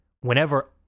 whenever